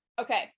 okay